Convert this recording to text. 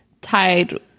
Tied